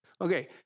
Okay